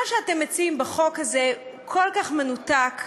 מה שאתם מציעים בחוק הזה הוא כל כך מנותק,